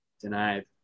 Denied